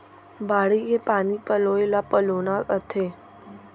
बाड़ी के पानी पलोय ल पलोना कथें